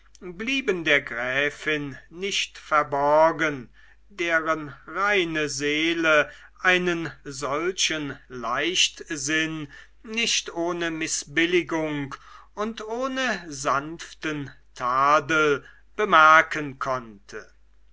blieben der gräfin nicht verborgen deren reine seele einen solchen leichtsinn nicht ohne mißbilligung und ohne sanften tadel bemerken konnte